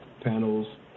panels